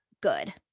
good